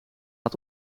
het